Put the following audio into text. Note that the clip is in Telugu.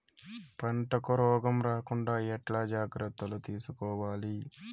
పంటకు రోగం రాకుండా ఎట్లా జాగ్రత్తలు తీసుకోవాలి?